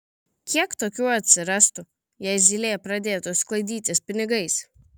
kiek tokių atsirastų jei zylė pradėtų sklaidytis pinigais